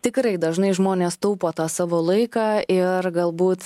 tikrai dažnai žmonės taupo tą savo laiką ir galbūt